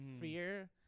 fear